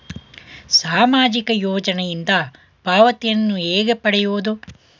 ಸಾಮಾಜಿಕ ಯೋಜನೆಯಿಂದ ಪಾವತಿಯನ್ನು ಹೇಗೆ ಪಡೆಯುವುದು?